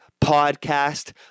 podcast